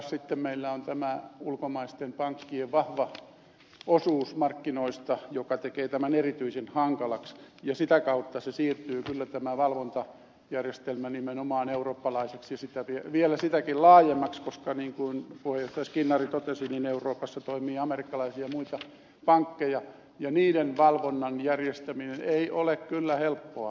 sitten meillä on tämä ulkomaisten pankkien vahva osuus markkinoista joka tekee tämän erityisen hankalaksi ja sitä kautta tämä valvontajärjestelmä siirtyy kyllä nimenomaan eurooppalaiseksi ja vielä sitäkin laajemmaksi koska niin kuin puheenjohtaja skinnari totesi euroopassa toimii amerikkalaisia ja muita pankkeja ja niiden valvonnan järjestäminen ei ole kyllä helppoa